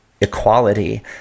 equality